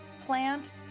plant